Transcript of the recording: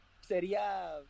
sería